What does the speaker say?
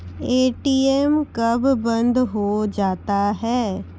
ATM कब बंद हो जाता हैं?